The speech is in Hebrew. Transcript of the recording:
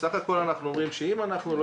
בסך הכול אנחנו אומרים שאם אנחנו לא